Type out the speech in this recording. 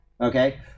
okay